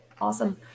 Awesome